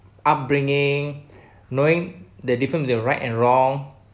upbringing knowing the different between right and wrong